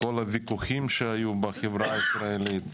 כל הוויכוחים שהיו בחברה הישראלית.